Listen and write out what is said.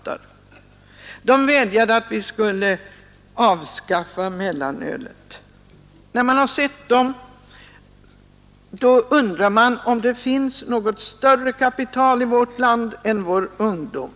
De vädjade om att vi skulle avskaffa mellanölet. När man sett de ungdomarna, undrar man om det finns något större kapital i vårt land än vår ungdom.